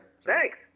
Thanks